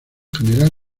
general